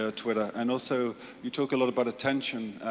ah twitter? and also you talk a lot about attention,